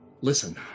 listen